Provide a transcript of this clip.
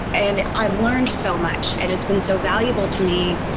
and i've learned so much and it's been so valuable to me.